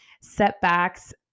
setbacks